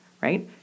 right